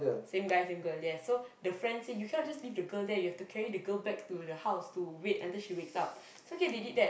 same guy same girl yes so the friend say you cannot just leave the girl there you have to carry the girl back to the house to wait until she wakes up so okay they did that